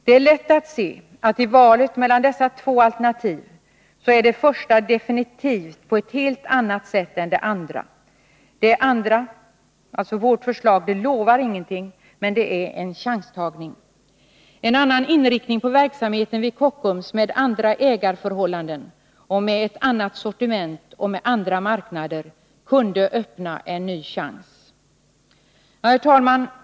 Det är lätt att se att i valet mellan dessa två alternativ är det första definitivt på ett helt annat sätt än det andra. Det andra lovar ju ingenting. Det innebär ändå en chans. En annan inriktning på verksamheten vid Kockums med andra ägarförhållanden, med annat sortiment och med andra marknader kunde ge en ny chans. Herr talman!